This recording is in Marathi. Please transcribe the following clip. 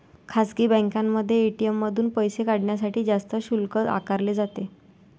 खासगी बँकांमध्ये ए.टी.एम मधून पैसे काढण्यासाठी जास्त शुल्क आकारले जाते